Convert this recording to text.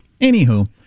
Anywho